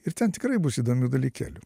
ir ten tikrai bus įdomių dalykėlių